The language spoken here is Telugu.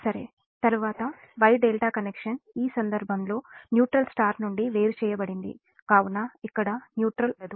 సరే తరువాత Y ∆ కనెక్షన్ ఈ సందర్భంలో న్యూట్రల్ స్టార్ నుండి వేరు చేయబడింది కావున ఇక్కడ న్యూట్రల్ ఉండదు